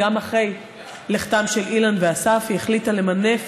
גם אחרי לכתם של אילן ואסף היא החליטה למנף